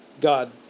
God